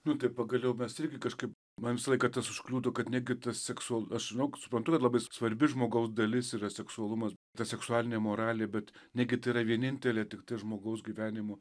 nu tai pagaliau mes irgi kažkaip man visą laiką tas užkliūtų kad negi ta seksu aš žinau suprantu kad labai svarbi žmogaus dalis yra seksualumas ta seksualinė moralė bet negi tai yra vienintelė tiktai žmogaus gyvenimo